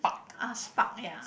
ah spark ya